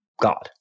God